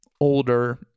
older